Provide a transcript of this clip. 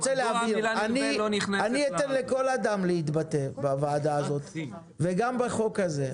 אני אתן לכל אדם להתבטא בוועדה הזאת וגם בהצעת החוק הזאת,